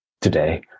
today